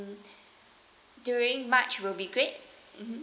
during march will be great mmhmm